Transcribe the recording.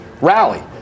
rally